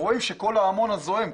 ראינו המון זועם.